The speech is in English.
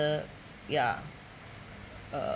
uh ya uh